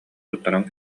туттаран